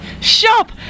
shop